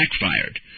backfired